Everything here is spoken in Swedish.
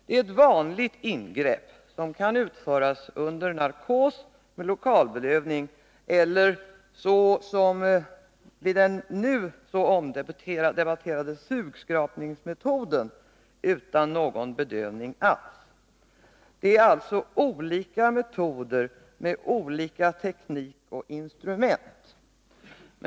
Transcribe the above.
Den är ett vanligt ingrepp som kan utföras under narkos, med lokalbedövning eller — såsom vid den nu så omdebatterade sugskrapningsmetoden— utan någon bedövning alls. Det är alltså olika metoder med olika teknik och instrument.